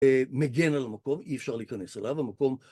מגן על המקום, אי אפשר להיכנס אליו, המקום...